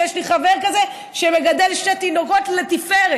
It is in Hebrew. ויש לי חבר כזה שמגדל שני תינוקות לתפארת.